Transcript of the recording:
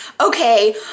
Okay